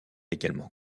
également